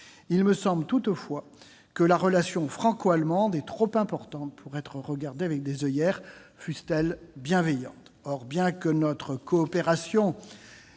il me semble toutefois que la relation franco-allemande est trop importante pour être regardée avec des oeillères, fussent-elles bienveillantes.